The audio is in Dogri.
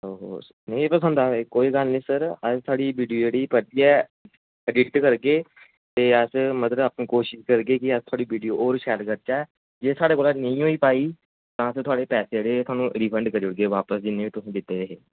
नेईं पसंद आये कोई निं सर अस थुआढ़ी वीडियो परतियै एडिट करगे ते अस मतलब की पूरी कोसइश करगे की अस थुआढ़ी वीडियो होर शैल करचै जे थुआढ़े कोला नेईं होई पाई तां थुआढ़े पैसे जेह्ड़े रिफंड करी देगे पैसे जिन्ने बी रिफंड करी देई दित्ते दे न